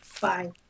Bye